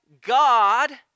God